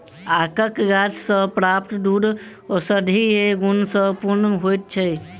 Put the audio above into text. आकक गाछ सॅ प्राप्त दूध औषधीय गुण सॅ पूर्ण होइत छै